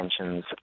tensions